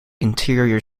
interior